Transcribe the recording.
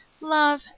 Love